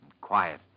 quiet